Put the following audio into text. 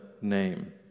name